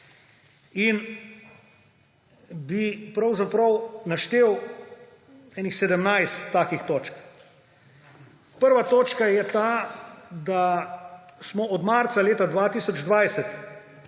in bi pravzaprav naštel 17 takih točk. Prva točka je ta, da smo od marca leta 2020